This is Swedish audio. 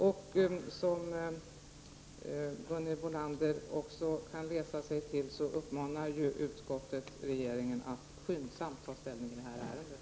Och som Gunhild Bolander också kan läsa sig till, uppmanar ju utskottet regeringen att skyndsamt ta ställning i det här ärendet.